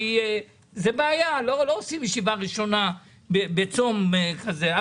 זאת בעיה, לא עושים ישיבה ראשונה בצום כזה.